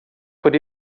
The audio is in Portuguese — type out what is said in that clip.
por